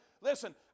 Listen